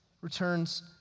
returns